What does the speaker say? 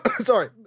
sorry